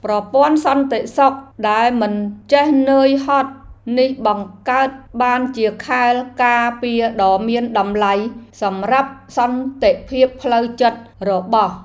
ប្រព័ន្ធសន្តិសុខដែលមិនចេះនឿយហត់នេះបង្កើតបានជាខែលការពារដ៏មានតម្លៃសម្រាប់សន្តិភាពផ្លូវចិត្តរបស់។